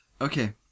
Okay